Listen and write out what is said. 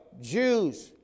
Jews